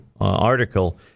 article